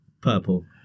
Purple